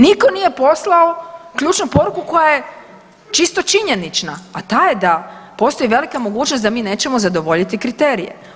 Nitko nije poslao ključnu poruku koja je čisto činjenična, a ta je da postoji velika mogućnost da mi nećemo zadovoljiti kriterije.